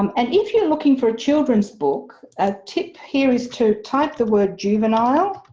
um and if you're looking for a children's book, a tip here is to type the word juvenile